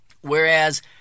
Whereas